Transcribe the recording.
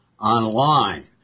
online